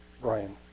Brian